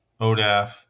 ODAF